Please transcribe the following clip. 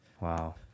Wow